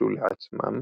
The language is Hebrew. שביקשו לעצמם